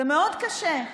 זה מאוד קשה.